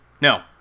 No